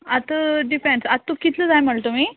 आतां डिपेंड आत तु कितलो जाय म्हळ्ळ्या तुमी